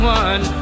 one